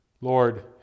Lord